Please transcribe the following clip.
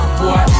boy